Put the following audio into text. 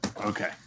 Okay